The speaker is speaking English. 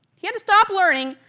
he had to stop learning,